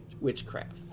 witchcraft